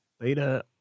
Later